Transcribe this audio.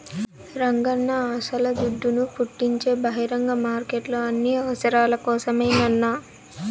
రంగన్నా అస్సల దుడ్డును పుట్టించే బహిరంగ మార్కెట్లు అన్ని అవసరాల కోసరమేనన్నా